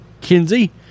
Kinsey